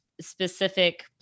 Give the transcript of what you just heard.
Specific